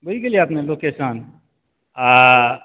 बुझि गेलिए अपने लोकेशन आऽ